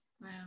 wow